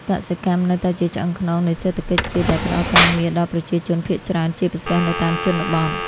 កសិកម្មនៅតែជាឆ្អឹងខ្នងនៃសេដ្ឋកិច្ចជាតិដែលផ្តល់ការងារដល់ប្រជាជនភាគច្រើនជាពិសេសនៅតាមជនបទ។